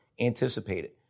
anticipated